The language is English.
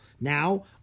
Now